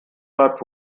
bleibt